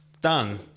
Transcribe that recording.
Done